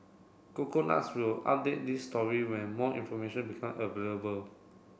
coconuts will update this story when more information become available